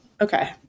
Okay